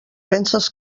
penses